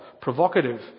provocative